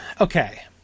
Okay